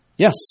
Yes